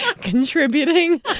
contributing